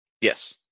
Yes